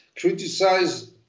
criticize